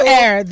air